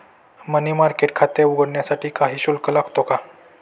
मनी market खाते उघडण्यासाठी काही शुल्क लागतो का?